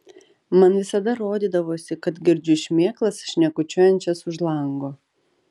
man visada rodydavosi kad girdžiu šmėklas šnekučiuojančias už lango